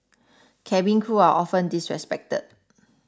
cabin crew are often disrespected